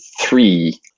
three